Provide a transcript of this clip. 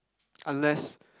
unless